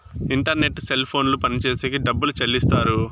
internet cell ఫోన్లు పనిచేసేకి డబ్బులు చెల్లిస్తారు